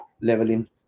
leveling